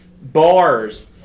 bars